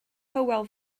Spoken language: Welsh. hywel